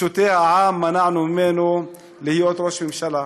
פשוטי העם, מנענו ממנו להיות ראש ממשלה.